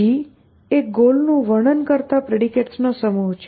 G એ goal નું વર્ણન કરતા પ્રેડિકેટ્સનો સમૂહ છે